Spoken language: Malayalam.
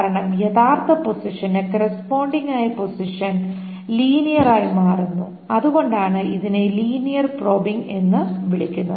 കാരണം യഥാർത്ഥ പൊസിഷന് കോറസ്പോണ്ടിങ് ആയ പൊസിഷൻ ലീനിയർ ആയി മാറുന്നു അതുകൊണ്ടാണ് ഇതിനെ ലീനിയർ പ്രോബിംഗ് എന്ന് വിളിക്കുന്നത്